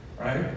Right